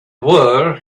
were